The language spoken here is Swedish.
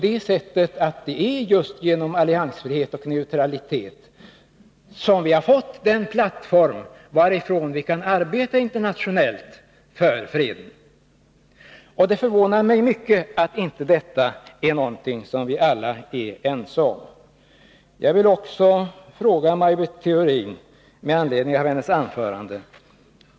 Det är ju just genom alliansfrihet och neutralitet som vi har fått den plattform varifrån vi kan arbeta internationellt för freden. Det förvånar mig mycket att inte detta är någonting som vi alla är ense om. Jag vill också ställa en fråga till Maj Britt Theorin med anledning av hennes anförande.